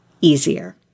Easier